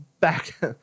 back